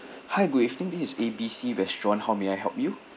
hi good evening this is A B C restaurant how may I help you